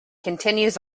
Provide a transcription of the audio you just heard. continues